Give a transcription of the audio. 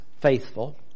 faithful